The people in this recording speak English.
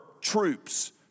troops